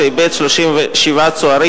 שאיבד 37 צוערים.